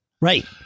Right